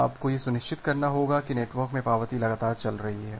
आपको यह सुनिश्चित करना होगा कि नेटवर्क में पावती लगातार चल रही है